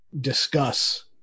discuss